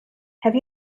have